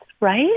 right